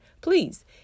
please